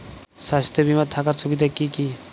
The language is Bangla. স্বাস্থ্য বিমা থাকার সুবিধা কী কী?